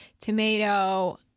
tomato